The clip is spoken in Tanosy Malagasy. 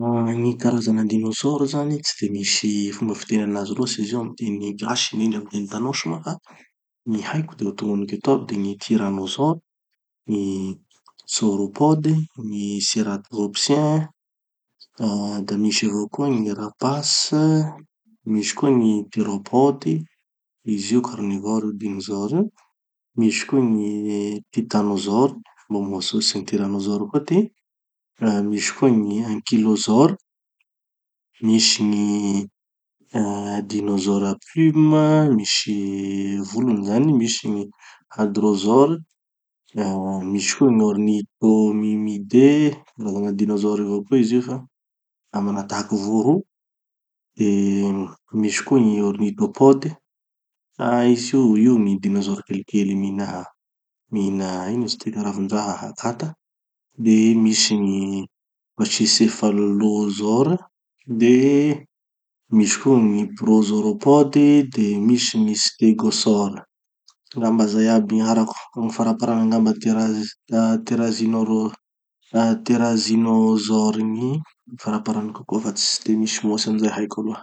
Ah gny karazana dinosaures zany tsy de misy fomba fiteny anazy loatsy izy io amy teny gasy indrindra amy teny tanosy moa fa gny haiko de ho tognoniko eto aby de gny tyranosaures, gny sauropodes, gny ceratopsiens, da misy avao koa gny rapaces, misy koa gny théropodes, izy io carnivores io dinosaures io, misy koa gny titanosaures, mbo mihoatsoatsy gny tyranosaures koa ty, misy koa gny ankylosaures, misy gny ah dinosaures à plumes, misy volony zany, misy gny adrosaures, ah misy koa gny ornithomimidae, karazana dinosaure avao koa izy io fa da manahatahaky voro io, de misy koa gny ornithopodes, ah izy io gny dinosaures kelikely mihina mihina ino izy tiky ravin-draha akata, de misy gny pachycephalo-losares, de misy koa gny prosoropaudes de misy gny stegosaures. Angamba zay aby gny haiko. Gny faraparany angamba théraz- thérazinorau- ah thérazinosaures gny faraparany kokoa fa tsy de misy mihoatsy anizay haiko aloha.